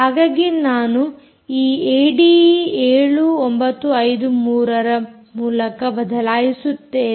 ಹಾಗಾಗಿ ನಾನು ಇದನ್ನು ಏಡಿಈ 7953 ಯ ಮೂಲಕ ಬದಲಾಯಿಸುತ್ತೇನೆ